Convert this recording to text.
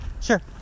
Sure